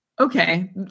Okay